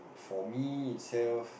for me itself